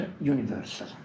universal